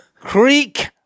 Creek